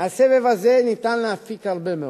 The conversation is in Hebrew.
מהסבב הזה ניתן להפיק הרבה מאוד.